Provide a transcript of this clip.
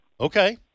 Okay